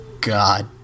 God